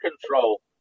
control